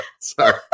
sorry